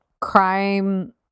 crime